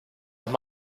noch